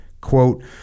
quote